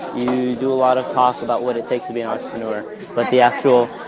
you do a lot of talk about what it takes to be an entrepreneur but the actual,